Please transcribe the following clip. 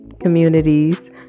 communities